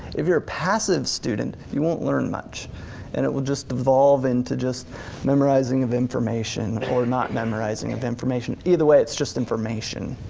if you are a passive student, you won't learn much and it will just devolve into just memorizing of information or not memorizing of information. either way it's just information.